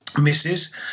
misses